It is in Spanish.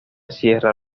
sierra